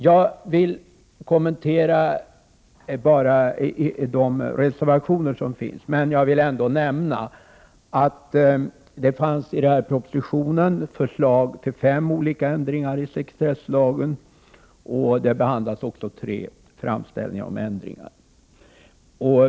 Jag vill bara kommentera de reservationer som finns, men jag vill ändå också nämna att det i propositionen fanns förslag till fem olika ändringar av sekretesslagen och att det behandlades tre framställningar om ändringar.